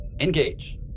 Engage